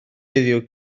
heddiw